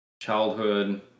childhood